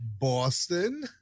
Boston